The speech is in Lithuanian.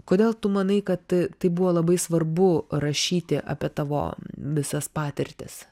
kodėl tu manai kad tai buvo labai svarbu rašyti apie tavo visas patirtis